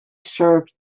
serve